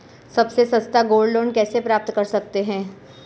सबसे सस्ता gold loan कैसे प्राप्त कर सकते हैं?